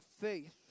faith